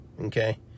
okay